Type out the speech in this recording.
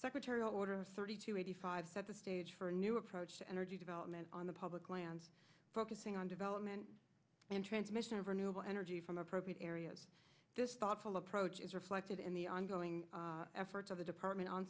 secretary order thirty two eighty five set the stage for a new approach to energy development on the public lands focusing on development and transmission of renewal energy from appropriate areas thoughtful approach is reflected in the ongoing efforts of the department